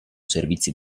servizi